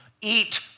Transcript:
Eat